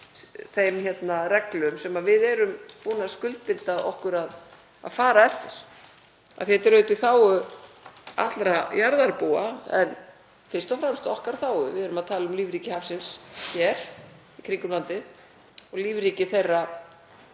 þeim reglum sem við erum búin að skuldbinda okkur að fara eftir. Þetta er auðvitað í þágu allra jarðarbúa en fyrst og fremst í okkar þágu. Við erum að tala um lífríki hafsins hér í kringum landið og lífríki þeirra